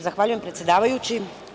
Zahvaljujem, predsedavajući.